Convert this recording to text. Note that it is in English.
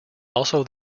also